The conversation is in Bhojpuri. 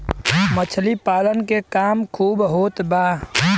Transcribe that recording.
मछली पालन के काम खूब होत बा